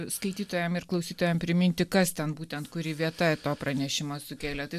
skaitytojam ir klausytojam priminti kas ten būtent kuri vieta to pranešimo sukėlė tai